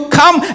come